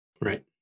right